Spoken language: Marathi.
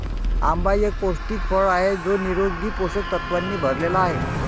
आंबा एक पौष्टिक फळ आहे जो निरोगी पोषक तत्वांनी भरलेला आहे